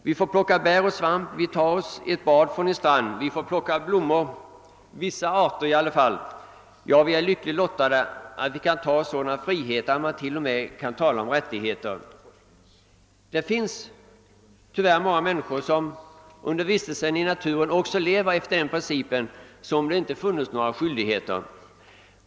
Vi får plocka bär och svamp, vi kan ta ett bad från en strand, vi kan plocka blommor — i varje fall vissa arter — ja, vi är lyckligt lottade att vi har dessa rättigheter. Tyvärr finns det också många människor som under vistelsen i naturen lever efter den principen att de inte heller har några skyldigheter.